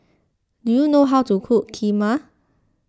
do you know how to cook Kheema